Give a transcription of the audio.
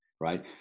right